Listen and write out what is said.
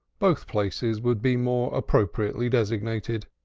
both places would be more appropriately designated.